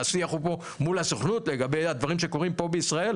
השיח הוא פה מול הסוכנות לגבי הדברים שקורים פה בישראל.